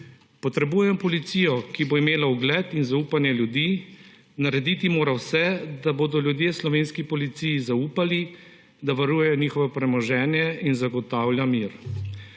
Potrebujemo policijo, ki bo imela ugled in zaupanje ljudi, narediti mora vse, da bodo ljudje slovenski policiji zaupali, da varujejo njihovo premoženje in zagotavlja mir.